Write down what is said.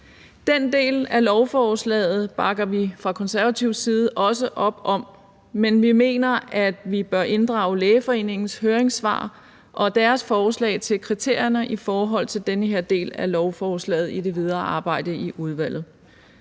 Den del af lovforslaget bakker vi fra Konservatives side også op om, men vi mener, at vi bør inddrage Lægeforeningens høringssvar og deres forslag til kriterierne i forhold til den her del af lovforslaget i det videre arbejde i udvalget.